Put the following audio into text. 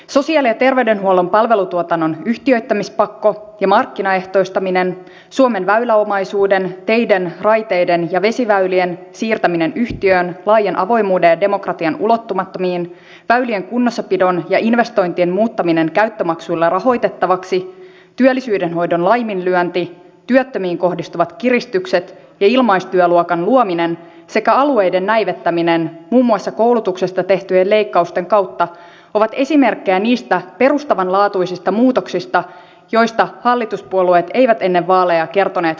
sosiaali ja terveydenhuollon palvelutuotannon yhtiöittämispakko ja markkinaehtoistaminen suomen väyläomaisuuden teiden raiteiden ja vesiväylien siirtäminen yhtiöön laajan avoimuuden ja demokratian ulottumattomiin väylien kunnossapidon ja investointien muuttaminen käyttömaksuilla rahoitettavaksi työllisyyden hoidon laiminlyönti työttömiin kohdistuvat kiristykset ja ilmaistyöluokan luominen sekä alueiden näivettäminen muun muassa koulutuksesta tehtyjen leikkausten kautta ovat esimerkkejä niistä perustavanlaatuisista muutoksista joista hallituspuolueet eivät ennen vaaleja kertoneet kansalaisille